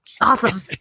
Awesome